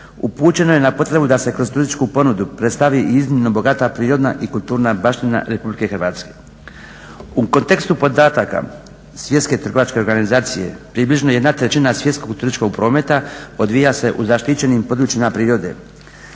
Upućeno je na potrebu da se kroz turističku ponudu predstavi i iznimno bogata prirodna i kulturna baština Republike Hrvatske. U kontekstu podataka Svjetske trgovačke organizacije približno jedna trećina svjetskog turističkog prometa odvija se u zaštićenim područjima prirode,